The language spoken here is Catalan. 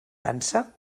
pansa